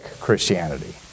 Christianity